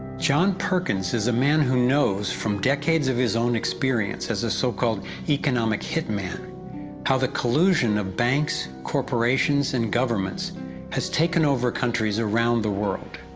john perkins is a man who knows, from decades of his own experience as a so-called economic hit man how the collusion of banks, corporations, and governments has taken over countries around the world.